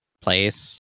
place